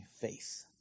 faith